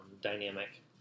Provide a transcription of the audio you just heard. dynamic